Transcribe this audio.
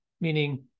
meaning